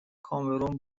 کامرون